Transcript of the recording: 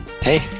Hey